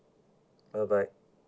bye bye